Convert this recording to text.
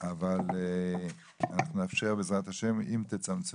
אבל אנחנו נאפשר, בעזרת ה', אם תצמצמו